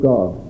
God